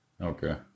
Okay